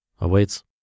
awaits